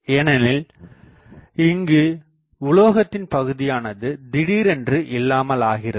ஏனெனில் இங்கு உலோகத்தின் பகுதியானது திடீரென்று இல்லாமல்ஆகிறது